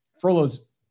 Frollo's